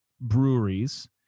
breweries